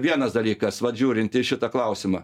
vienas dalykas vat žiūrint į šitą klausimą